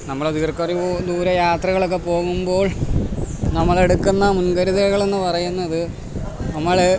നമ്മളുടെ ദീർഘ ദൂര യാത്രകളൊക്കെ പോകുമ്പോൾ നമ്മൾ എടുക്കുന്ന മുൻകരുതലുകൾ എന്നു പറയുന്നത് നമ്മൾ